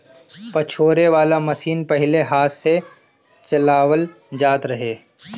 पछोरे वाला मशीन पहिले हाथ से चलावल जात रहे